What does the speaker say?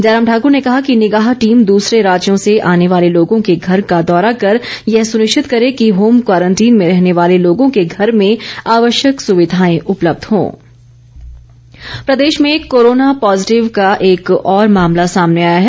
जयराम ठाकुर ने कहा कि निगाह टीम दूसरे राज्यों से आने वाले लोगों के घर का दौरा कर यह सुनिश्चित करें कि होम क्वारंटीन में रहने वाले लोगों के घर में आवश्यक सुविधाएं उपलब्ध हो कोरोना अपडेट प्रदेश में कोरोना पॉजिटिव का एक और मामला सामने आया है